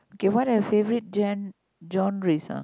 okay what are your favourite gen~ genres uh